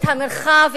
את המרחב,